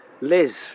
Liz